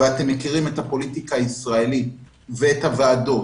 אתם מכירים את הפוליטיקה הישראלית ואת הוועדות